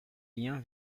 liens